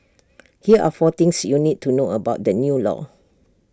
here are four things you need to know about the new law